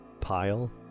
pile